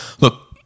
Look